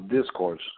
discourse